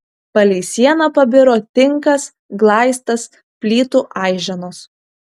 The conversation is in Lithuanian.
palei sieną pabiro tinkas glaistas plytų aiženos